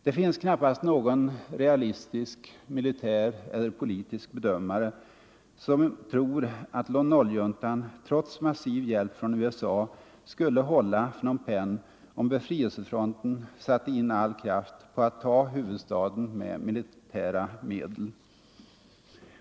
Det finns knappast någon realistisk militär eller politisk bedömare som tror att Lon Noljuntan trots massiv hjälp från USA skulle hålla Phnom Penh, om befrielsefronten satte in all kraft på att ta huvudstaden med militära medel.